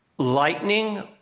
Lightning